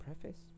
preface